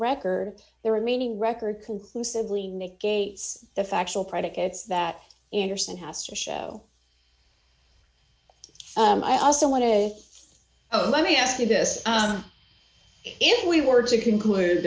record the remaining record conclusively negates the factual predicates that anderson has to show i also want to let me ask you this if we were to conclude